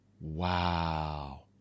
Wow